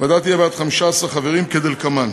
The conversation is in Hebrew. הוועדה תהיה בת 15 חברים כדלקמן: